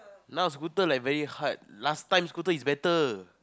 now scooter like very hard last time scooter is better